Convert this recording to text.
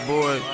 Boy